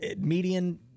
median